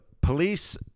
police